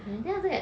mmhmm